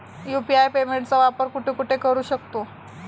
UPI पेमेंटचा वापर कुठे कुठे करू शकतो?